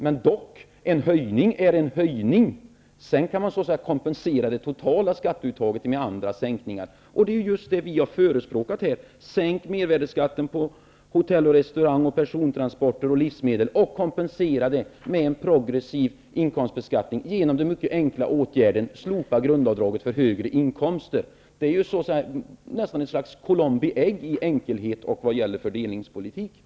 Men en höjning är dock en höjning, sedan kan man kompensera det totala skatteuttaget med andra sänkningar. Det är just vad vi har förespråkat här. Sänk mervärdesskatten på hotell, restauranger, persontransporter och livsmedel. Kompensera det med en progressiv inkomstbeskattning genom den mycket enkla åtgärden att slopa grundavdraget för högre inkomster. Det är nästan ett slags Columbi ägg i sin enkelhet när det gäller fördelningspolitiken.